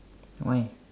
why